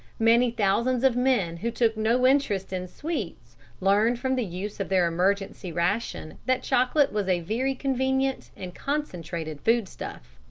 many thousands of men who took no interest in sweets learned from the use of their emergency ration that chocolate was a very convenient and concentrated foodstuff.